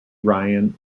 ryan